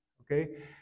Okay